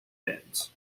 bands